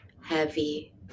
heavy